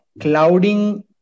clouding